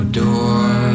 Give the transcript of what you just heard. door